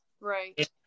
Right